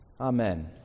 Amen